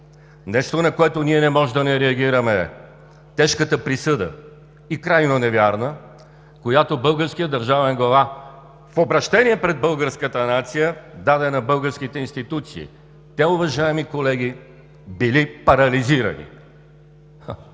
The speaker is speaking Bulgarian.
Нещо, на което ние не можем да не реагираме – тежката присъда, и крайно невярна, която българският държавен глава в обръщение пред българската нация даде на българските институции. Те, уважаеми колеги, били парализирани.